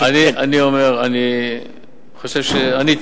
אני אומר: אני חושב שעניתי,